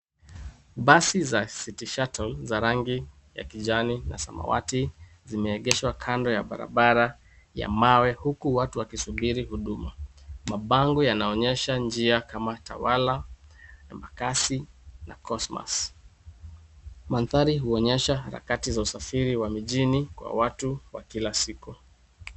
Basi za City Shuttle za rangi ya kijani na samawati zimeegeshwa kando ya barabara ya mawe huku watu wakisubiri huduma. Mabango yanaonyesha njia kama Tawala, Embakassi na Cosmas . Mandhari huonyesha harakati za usafiri wa mjini kwa watu wa kila siku.